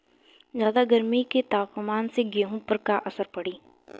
ज्यादा गर्मी के तापमान से गेहूँ पर का असर पड़ी?